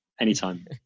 anytime